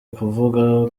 kuvuga